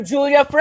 Julia